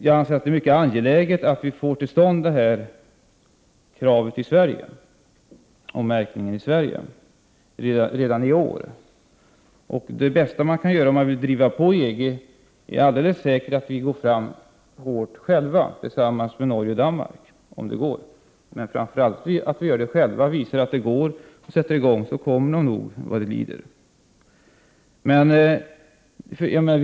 Jag anser att det är mycket angeläget att vi i Sverige får till stånd detta krav på märkningen redan i år. Det bästa Sverige kan göra om Sverige vill driva på EG är alldeles säkert att gå hårt fram tillsammans med Norge och Danmark. Men framför allt måste man i Sverige göra det för att visa att det är möjligt. Då följer nog EG efter vad det lider.